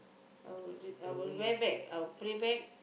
I would I would wear back I would pray back